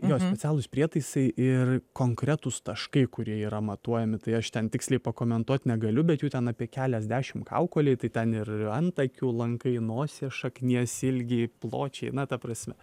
jo specialūs prietaisai ir konkretūs taškai kurie yra matuojami tai aš ten tiksliai pakomentuot negaliu bet jų ten apie keliasdešimt kaukolei tai ten ir antakių lankai nosies šaknies ilgiai pločiai na ta prasme